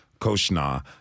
Koshna